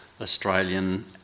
Australian